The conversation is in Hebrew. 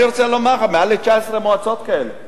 אני רוצה לומר לך, מעל 19 מועצות כאלה.